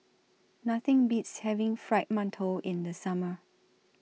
Nothing Beats having Fried mantou in The Summer